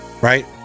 right